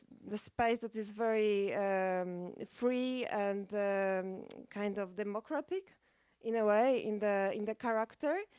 the space that is very free and kind of democratic in a way in the in the character.